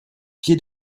pied